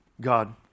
God